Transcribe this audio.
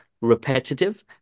repetitive